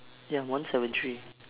ya I'm one seven three